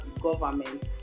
government